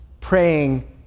praying